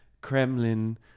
Kremlin